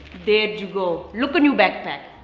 there you go, look, a new backpack.